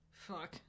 Fuck